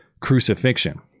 crucifixion